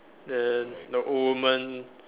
then the old woman